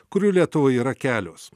kurių lietuvoje yra kelios